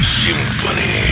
symphony